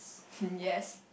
hmm yes